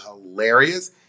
hilarious